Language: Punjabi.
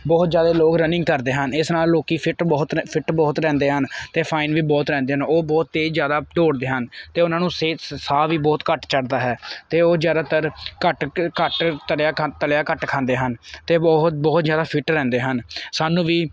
ਬਹੁਤ ਜ਼ਿਆਦਾ ਲੋਕ ਰਨਿੰਗ ਕਰਦੇ ਹਨ ਇਸ ਨਾਲ ਲੋਕ ਫਿੱਟ ਬਹੁਤ ਰ ਫਿੱਟ ਬਹੁਤ ਰਹਿੰਦੇ ਹਨ ਅਤੇ ਫਾਇਨ ਵੀ ਬਹੁਤ ਰਹਿੰਦੇ ਹਨ ਉਹ ਬਹੁਤ ਤੇਜ਼ ਜ਼ਿਆਦਾ ਦੌੜਦੇ ਹਨ ਅਤੇ ਉਹਨਾਂ ਨੂੰ ਸਿਹਤ ਸਾਹ ਵੀ ਬਹੁਤ ਘੱਟ ਚੜਦਾ ਹੈ ਅਤੇ ਉਹ ਜ਼ਿਆਦਾਤਰ ਘੱਟ ਘੱਟ ਤਲਿਆ ਖਾ ਤਲਿਆ ਘੱਟ ਖਾਂਦੇ ਹਨ ਅਤੇ ਬਹੁਤ ਬਹੁਤ ਜ਼ਿਆਦਾ ਫਿੱਟ ਰਹਿੰਦੇ ਹਨ ਸਾਨੂੰ ਵੀ